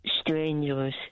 Strangers